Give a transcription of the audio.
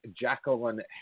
Jacqueline